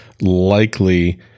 likely